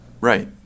right